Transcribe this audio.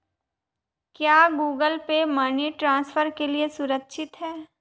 क्या Google pay money transfer के लिए सुरक्षित है?